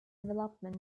development